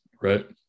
right